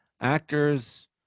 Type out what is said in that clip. actors